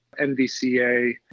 NVCA